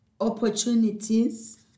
opportunities